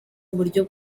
uburyo